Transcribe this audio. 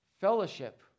Fellowship